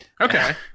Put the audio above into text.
Okay